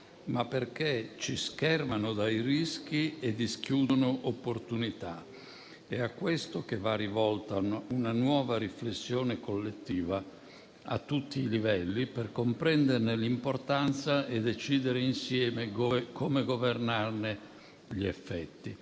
ma perché ci schermano dai rischi e dischiudono opportunità. È a questo che va rivolta una nuova riflessione collettiva a tutti i livelli, per comprenderne l'importanza e decidere insieme come governarne gli effetti.